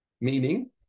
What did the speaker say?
meaning